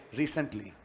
recently